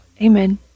amen